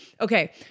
okay